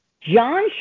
John